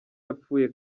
yapfuye